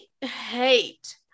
hate